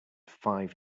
five